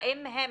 האם הם